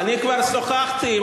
אני כבר שוחחתי עם,